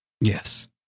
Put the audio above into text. Yes